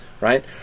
right